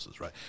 right